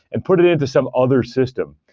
and put it into some other system.